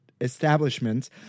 establishments